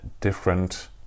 different